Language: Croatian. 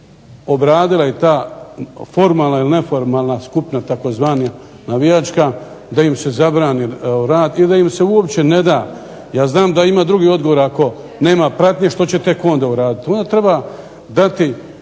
obradila ta formalna i neformalna skupina tzv. navijačka da im se zabrani rad i da im se uopće ne da. ja znam da ima drugi odgovor ako nema pratnje, što će tek onda uraditi. Onda treba dati